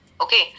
Okay